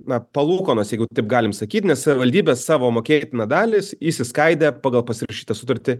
na palūkanos jeigu taip galim sakyt nes savivaldybė savo mokėtiną dalį išsiskaidė pagal pasirašytą sutartį